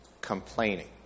complaining